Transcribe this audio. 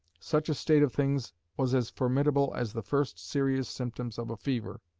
such a state of things was as formidable as the first serious symptoms of a fever.